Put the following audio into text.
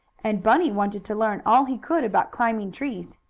and bunny wanted to learn all he could about climbing trees.